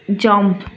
jump